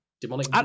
Demonic